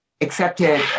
accepted